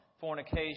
Fornication